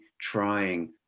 trying